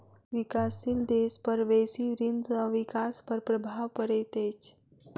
विकासशील देश पर बेसी ऋण सॅ विकास पर प्रभाव पड़ैत अछि